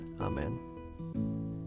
Amen